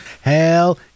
Hell